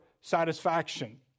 satisfaction